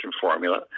formula